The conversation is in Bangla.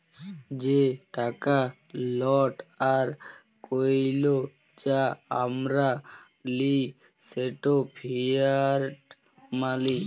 যে টাকা লট আর কইল যা আমরা লিই সেট ফিয়াট মালি